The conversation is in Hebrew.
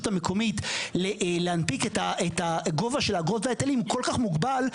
המקומית להנפיק את גובה האגרות וההיטלים כל כך מוגבל,